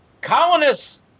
colonists